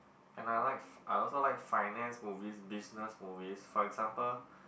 and I like f~ I also like finance movies business movies for example